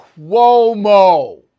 Cuomo